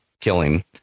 killing